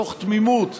מתוך תמימות,